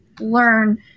learn